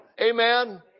Amen